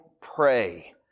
pray